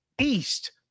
East